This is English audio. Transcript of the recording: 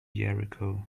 jericho